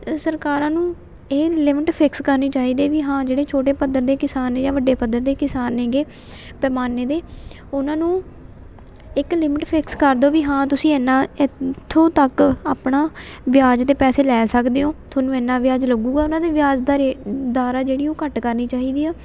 ਸਰਕਾਰਾਂ ਨੂੰ ਇਹ ਲਿਮਿਟ ਫਿਕਸ ਕਰਨੀ ਚਾਹੀਦੀ ਵੀ ਹਾਂ ਜਿਹੜੇ ਛੋਟੇ ਪੱਧਰ ਦੇ ਕਿਸਾਨ ਜਾਂ ਵੱਡੇ ਪੱਧਰ ਦੇ ਕਿਸਾਨ ਨੇ ਗੇ ਪੈਮਾਨੇ ਦੇ ਉਹਨਾਂ ਨੂੰ ਇੱਕ ਲਿਮਿਟ ਫਿਕਸ ਕਰ ਦਿਉ ਵੀ ਹਾਂ ਤੁਸੀਂ ਐਨਾ ਇੱਥੋਂ ਤੱਕ ਆਪਣਾ ਵਿਆਜ 'ਤੇ ਪੈਸੇ ਲੈ ਸਕਦੇ ਹੋ ਤੁਹਾਨੂੰ ਐਨਾ ਵਿਆਜ ਲੱਗੇਗਾ ਉਹਨਾਂ ਦੇ ਵਿਆਜ ਦਾ ਰੇ ਦਰ ਆ ਜਿਹੜੀ ਉਹ ਘੱਟ ਕਰਨੀ ਚਾਹੀਦੀ ਆ